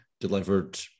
delivered